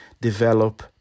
develop